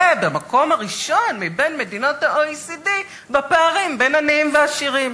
ובמקום הראשון מבין מדינות ה- OECDבפערים בין עניים ועשירים.